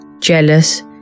jealous